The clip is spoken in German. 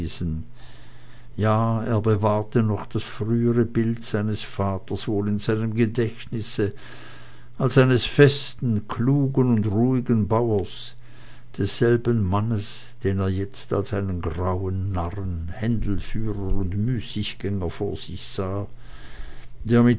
ja er bewahrte noch das frühere bild seines vaters wohl in seinem gedächtnisse als eines festen klugen und ruhigen bauers desselben mannes den er jetzt als einen grauen narren händelführer und müßiggänger vor sich sah der